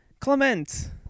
Clement